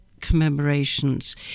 commemorations